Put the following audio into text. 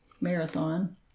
Marathon